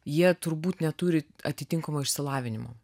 jie turbūt neturi atitinkamo išsilavinimo